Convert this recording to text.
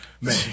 man